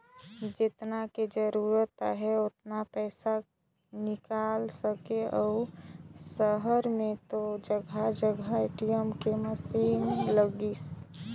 जेतना के जरूरत आहे ओतना पइसा निकाल सकथ अउ सहर में तो जघा जघा ए.टी.एम के मसीन लगिसे